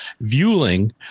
viewing